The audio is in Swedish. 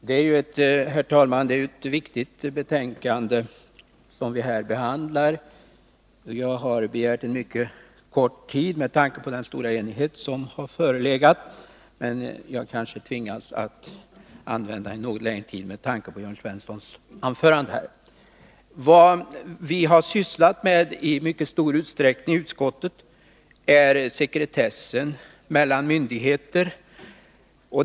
Herr talman! Det är ett viktigt betänkande som vi här behandlar. Jag har begärt en mycket kort taletid med hänsyn till den stora enighet som förelegat, men jag kanske tvingas använda en något längre tid med tanke på Jörn Svenssons anförande. Vad vi i mycket stor utsträckning har sysslat med i utskottet är sekretessen mellan myndigheter.